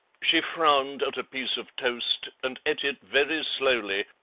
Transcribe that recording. she frowned at a piece of toast and ate it very slowly,